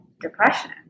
depression